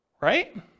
right